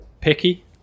picky